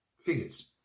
figures